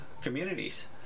communities